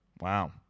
Wow